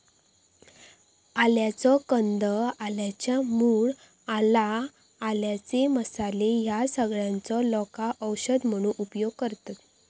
आल्याचो कंद, आल्याच्या मूळ, आला, आल्याचे मसाले ह्या सगळ्यांचो लोका औषध म्हणून उपयोग करतत